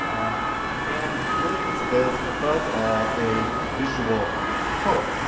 and williams is above all a visual poet,